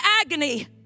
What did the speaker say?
agony